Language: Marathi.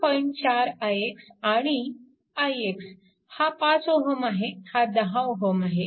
4ix आणि ix हा 5 Ω हा 10 Ω आहे